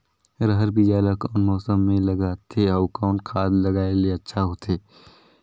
रहर बीजा ला कौन मौसम मे लगाथे अउ कौन खाद लगायेले अच्छा होथे?